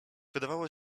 wydawało